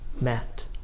met